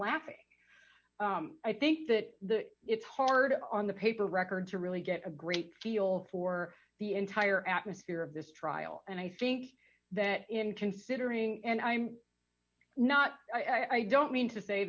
laughing i think that it's hard on the paper record to really get a great feel for the entire atmosphere of this trial and i think that in considering and i'm not i don't mean to say